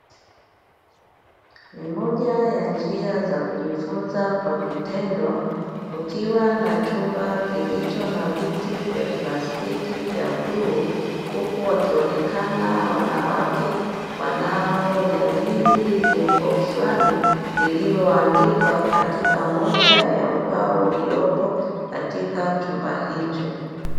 Ni moja ya njia za kujifunza kwa vitendo kukiwa na chumba kilicho na viti vya plastiki vya bluu, huku wakionekana wanawake wanaojadili jambo fulani lililoandikwa katika moja ya ubao uliopo katika chumba hicho.